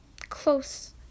close